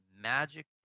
magic